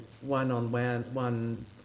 one-on-one